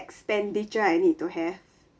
expenditure I need to have